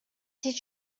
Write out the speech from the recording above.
did